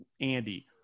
Andy